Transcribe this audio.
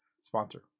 sponsor